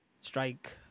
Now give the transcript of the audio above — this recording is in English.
strike